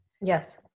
Yes